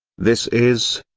this is,